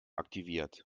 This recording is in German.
aktiviert